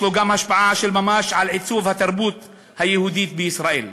יש לו גם השפעה של ממש על עיצוב התרבות היהודית בישראל.